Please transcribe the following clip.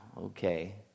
Okay